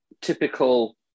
typical